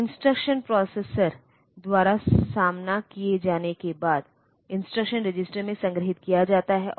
तो instruction processor द्वारा सामना किए जाने के बाद इंस्ट्रक्शन रजिस्टर में संग्रहीत किया जाता है